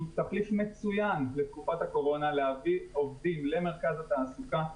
שהוא תחליף מצוין לתקופת הקורונה להביא עובדים למרכז התעסוקה,